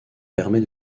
permet